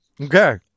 Okay